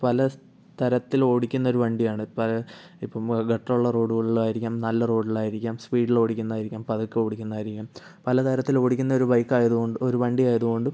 പല സ്ഥലത്തിൽ ഓടിക്കുന്ന ഒരു വണ്ടിയാണ് ഇപ്പം ഇപ്പം മുതൽ ഗട്ടർ ഉള്ള റോഡുകളിൽ ആയിരിക്കാം നല്ല റോഡിൽ ആയിരിക്കാം സ്പീഡിൽ ഓടിക്കുന്ന ആയിരിക്കാം പതുക്ക ഓടിക്കുന്ന ആയിരിക്കാം പല തരത്തിൽ ഓടിക്കുന്ന ഒരു ബൈക്ക് ആയതുകൊണ്ട് ഒരു വണ്ടി ആയതുകൊണ്ടും